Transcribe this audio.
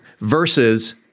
Versus